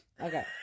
Okay